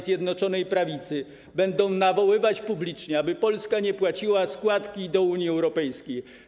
Zjednoczonej Prawicy będą nawoływać publicznie, aby Polska nie płaciła składki do Unii Europejskiej.